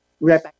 right